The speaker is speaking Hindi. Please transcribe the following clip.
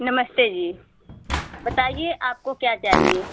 नमस्ते जी बताइए आपको क्या चाहिए